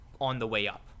on-the-way-up